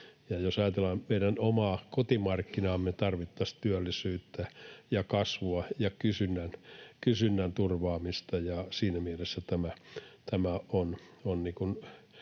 jos ajatellaan meidän omaa kotimarkkinaa, me tarvittaisiin työllisyyttä ja kasvua ja kysynnän turvaamista, ja siinä mielessä tämä on